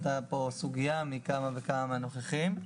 סוגיה שעלתה פה מכמה וכמה מהנוכחים: